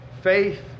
faith